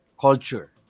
culture